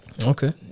Okay